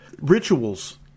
rituals